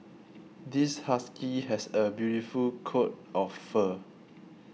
this husky has a beautiful coat of fur